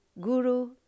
guru